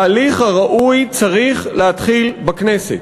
ההליך הראוי צריך להתחיל בכנסת.